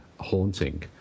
haunting